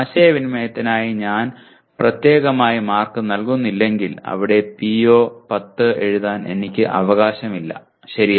ആശയവിനിമയത്തിനായി ഞാൻ പ്രത്യേകമായി മാർക്ക് നൽകുന്നില്ലെങ്കിൽ അവിടെ PO10 എഴുതാൻ എനിക്ക് അവകാശമില്ല ശരി